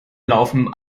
laufen